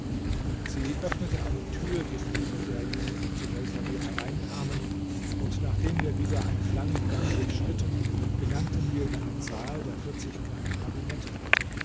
sie öffnete eine tür gegenüber derjenigen zu welcher wir hereinkamen und nachdem wir wieder einen langen gang durchschritten gelangten wir in einen saal der vierzig kleine kabinette hatte